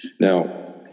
now